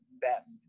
best